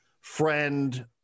friend